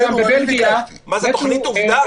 מה זה, תוכנית עובדה?